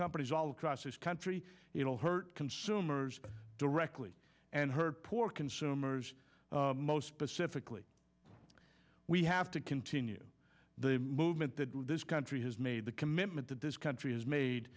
companies all across this country it will hurt consumers directly and her poor consumers most specifically we have to continue the movement that this country has made the commitment that this country has made